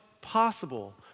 possible